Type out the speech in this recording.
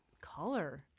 color